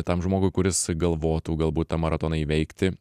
tam žmogui kuris galvotų galbūt tą maratoną įveikti